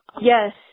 Yes